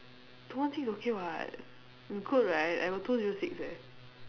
two one six okay [what] you good right I got two zero six eh